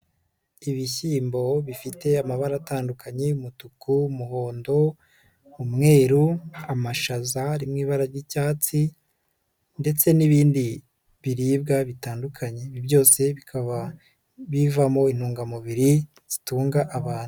Ibishyimbo bifite amabara atandukanye umutuku, umuhondo, umweru, amashaza ari mu ibara ry'icyatsi ndetse n'ibindi biribwa bitandukanye, ibi byose bikaba bivamo intungamubiri zitunga abantu.